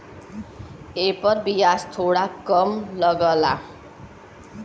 एपर बियाज थोड़ा कम लगला